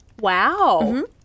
Wow